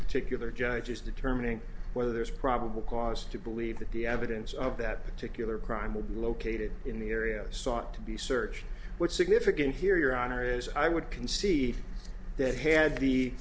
particular judge is determining whether there is probable cause to believe that the evidence of that particular crime will be located in the area sought to be searched what's significant here your honor is i would concede that had the